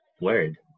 word